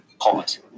pause